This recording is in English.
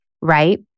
right